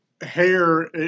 hair